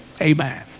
Amen